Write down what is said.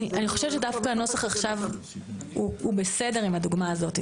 אני חושבת שהנוסח עכשיו הוא בסדר עם הדוגמה הזאת,